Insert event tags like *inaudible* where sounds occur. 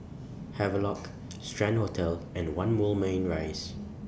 Havelock *noise* Strand Hotel and one Moulmein Rise